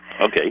Okay